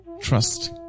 trust